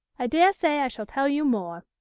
i daresay i shall tell you more.